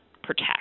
protect